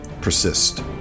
persist